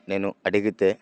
నేను అడిగితే